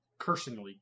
cursingly